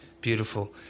Beautiful